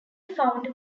found